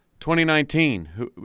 2019